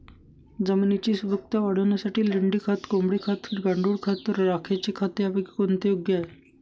जमिनीची सुपिकता वाढवण्यासाठी लेंडी खत, कोंबडी खत, गांडूळ खत, राखेचे खत यापैकी कोणते योग्य आहे?